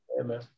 Amen